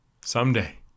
Someday